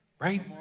right